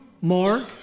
Mark